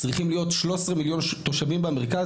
צריכים להיות 13 מיליון תושבים במרכז,